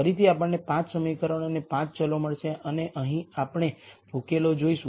ફરીથી આપણને 5 સમીકરણો અને 5 ચલો મળશે અને આપણે અહીં ઉકેલો જોઈશું